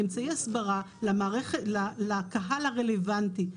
אמצעי הסברה לקהל הרלוונטי,